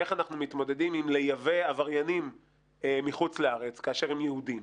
איך אנחנו מתמודדים עם לייבא עבריינים מחוץ לארץ כאשר הם יהודים.